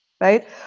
right